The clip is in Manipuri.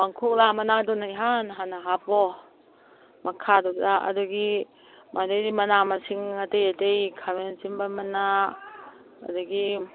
ꯄꯥꯡꯈꯣꯛ ꯂꯥ ꯃꯅꯥꯗꯨꯅ ꯏꯍꯥꯟ ꯍꯥꯟꯅ ꯍꯥꯞꯄꯣ ꯃꯈꯥꯗꯨꯗ ꯑꯗꯒꯤ ꯃꯗꯩꯗꯤ ꯃꯅꯥ ꯃꯁꯤꯡ ꯑꯇꯩ ꯑꯇꯩ ꯈꯥꯃꯦꯟ ꯑꯁꯤꯟꯕ ꯃꯅꯥ ꯑꯗꯒꯤ